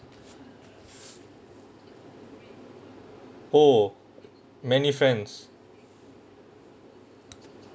oh many friends